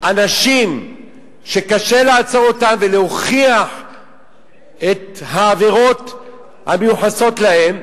אנשים שקשה לעצור אותם ולהוכיח את העבירות המיוחסות להם,